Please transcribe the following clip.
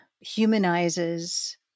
humanizes